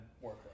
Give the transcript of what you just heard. work